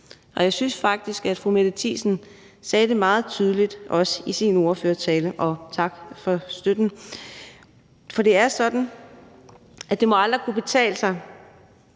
og jeg synes faktisk også, at fru Mette Thiesen sagde det meget tydeligt i sin ordførertale – og tak for støtten. For det er sådan, at det aldrig må kunne betale sig